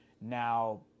Now